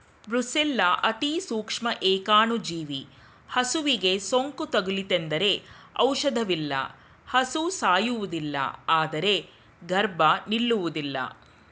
brucella ಅತಿಸೂಕ್ಷ್ಮ ಏಕಾಣುಜೀವಿ ಹಸುವಿಗೆ ಸೋಂಕು ತಗುಲಿತೆಂದರೆ ಔಷಧವಿಲ್ಲ ಹಸು ಸಾಯುವುದಿಲ್ಲ ಆದ್ರೆ ಗರ್ಭ ನಿಲ್ಲುವುದಿಲ್ಲ